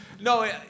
No